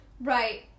Right